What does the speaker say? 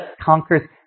conquers